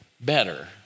better